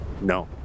No